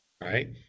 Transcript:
right